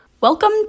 Welcome